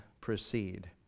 proceed